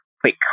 quick